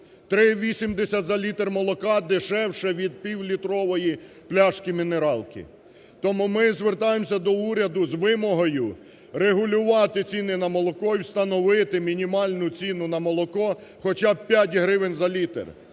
3,80 за літр молока дешевше від півлітрової пляшки мінералки. Тому ми звертаємося до уряду з вимогою регулювати ціни на молоко і встановити мінімальну ціну на молоко хоча б 5 гривень за літр.